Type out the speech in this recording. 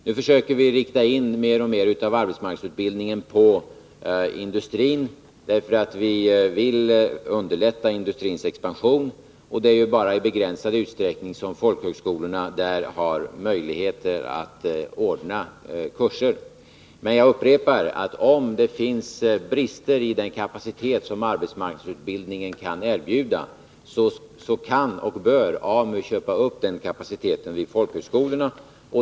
Nu försöker vi rikta in mer och mer av arbetsmarknadsutbildningen på industrin, därför att vi vill underlätta industrins expansion, och det är bara i begränsad utsträckning som folkhögskolorna har möjlighet att ordna sådana kurser. Men jag upprepar att om det finns brister i fråga om den utbildningskapacitet som AMU kan erbjuda kan och bör AMU köpa upp den kapaciteten vid folkhögskolorna.